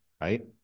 right